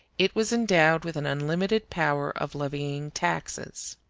it was endowed with an unlimited power of levying taxes.